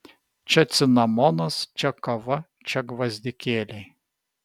čia cinamonas čia kava čia gvazdikėliai